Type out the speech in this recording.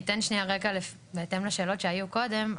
אני אתן שנייה רקע בהתאם לשאלות שהיו קודם.